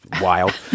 wild